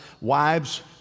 Wives